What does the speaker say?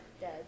dead